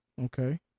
Okay